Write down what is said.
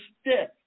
stick